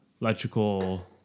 electrical